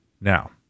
Now